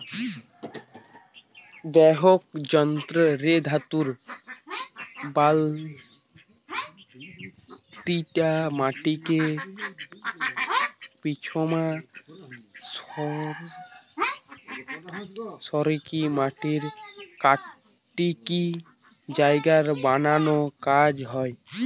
backhoe যন্ত্র রে ধাতু বালতিটা মাটিকে পিছনমা সরিকি মাটি কাটিকি জায়গা বানানার কাজ হয়